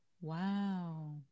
wow